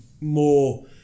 more